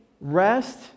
rest